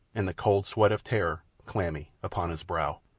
and the cold sweat of terror clammy upon his brow.